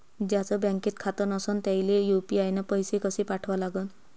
ज्याचं बँकेत खातं नसणं त्याईले यू.पी.आय न पैसे कसे पाठवा लागन?